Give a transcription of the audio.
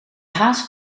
haas